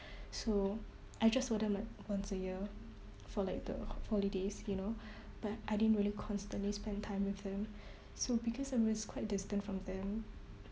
so I just saw them like once a year for like the holidays you know but I didn't really constantly spend time with them so because I was quite distant from them